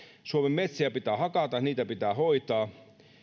suomen metsiä pitää hakata niitä pitää hoitaa